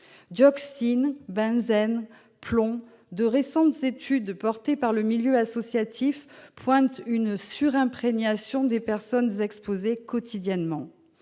Dioxines, benzène, plomb, de récentes études entreprises par le milieu associatif relèvent une surimprégnation des personnes exposées quotidiennement.